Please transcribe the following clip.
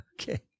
Okay